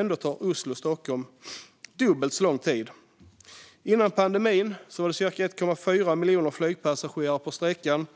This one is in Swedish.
Ändå tar Stockholm-Oslo dubbelt så lång tid! Före pandemin var det cirka 1,4 miljoner flygpassagerare på sträckan, och